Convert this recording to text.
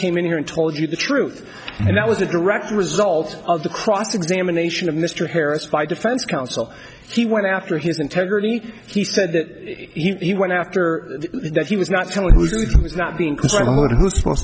came in here and told you the truth and that was a direct result of the cross examination of mr harris by defense counsel he went after his integrity he said that he went after that he was not someone who's is not being